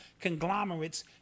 conglomerates